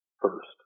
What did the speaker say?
first